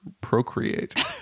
procreate